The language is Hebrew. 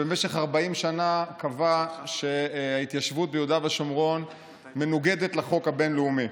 שבמשך 40 שנה קבע שההתיישבות ביהודה ושומרון מנוגדת לחוק הבין-לאומי.